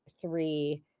three